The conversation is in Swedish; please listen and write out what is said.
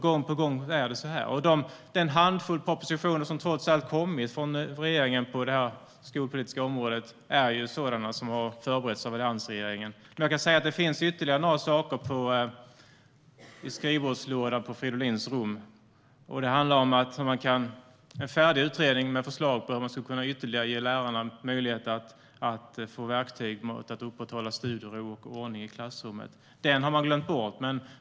Gång på gång är det på det här sättet. Den handfull propositioner som trots allt har kommit från regeringen på det skolpolitiska området är sådana som har förberetts av alliansregeringen. Det finns ytterligare några saker i skrivbordslådan på Fridolins rum. Det handlar om en färdig utredning med förslag på hur man ytterligare skulle kunna ge lärarna verktyg för att upprätthålla studiero och ordning i klassrummet. Den har man glömt bort.